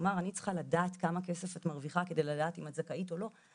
כלומר אני צריכה לדעת כמה כסף את מרוויחה כדי לדעת אם את זכאית או לא.